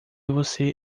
você